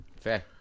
Fair